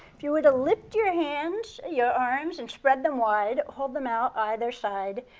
if you were to lift your hand, your arms, and spread them wide, hold them out either side,